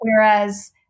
whereas